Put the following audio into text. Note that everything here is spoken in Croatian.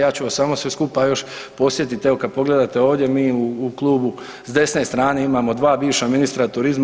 Ja ću vas samo sve skupa još podsjetiti evo kada pogledate ovdje mi u klubu s desne strane imamo dva bivša ministra turizma.